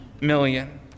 million